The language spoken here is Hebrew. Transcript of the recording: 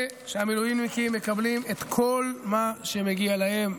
שהמילואימניקים מקבלים את כל מה שמגיע להם.